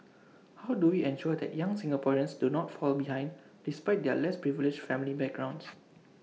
how do we ensure that young Singaporeans do not fall behind despite their less privileged family backgrounds